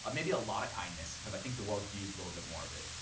ah maybe a lot of kindness because i think the world could use a little bit more of it.